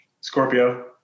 Scorpio